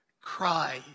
cry